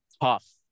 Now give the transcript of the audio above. tough